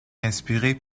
inspirés